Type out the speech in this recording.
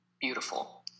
beautiful